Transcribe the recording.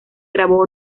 grabó